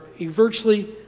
virtually